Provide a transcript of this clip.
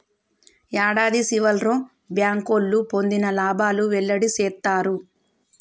యాడాది సివర్లో బ్యాంకోళ్లు పొందిన లాబాలు వెల్లడి సేత్తారు